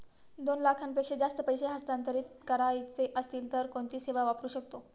दोन लाखांपेक्षा जास्त पैसे हस्तांतरित करायचे असतील तर कोणती सेवा वापरू शकतो?